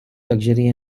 luxury